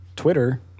Twitter